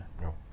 No